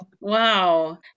Wow